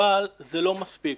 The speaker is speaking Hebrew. אבל זה לא מספיק.